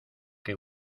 que